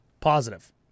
Positive